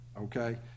Okay